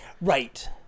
Right